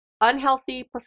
unhealthy